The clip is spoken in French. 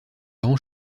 rend